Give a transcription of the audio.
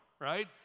right